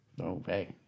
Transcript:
Okay